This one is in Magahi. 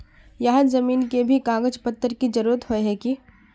यहात जमीन के भी कागज पत्र की जरूरत होय है की?